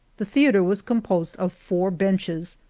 the theatre was composed of four benches,